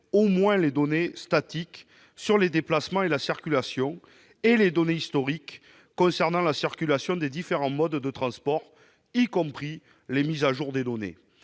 au moins les données statiques sur les déplacements et la circulation, ainsi que les données historiques concernant la circulation des différents modes de transport, y compris les mises à jour des données.